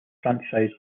franchise